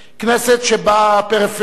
כנסת שבה הפריפריה,